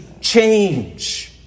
change